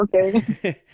Okay